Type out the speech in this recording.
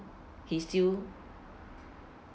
he still